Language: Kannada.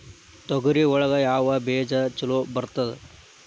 ತೊಗರಿ ಒಳಗ ಯಾವ ಬೇಜ ಛಲೋ ಬರ್ತದ?